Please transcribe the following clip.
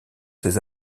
ses